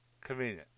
convenient